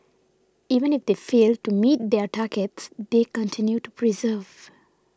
even if they failed to meet their targets they continue to persevere